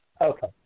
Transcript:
Okay